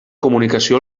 comunicació